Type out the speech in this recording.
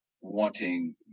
wanting